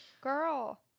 Girl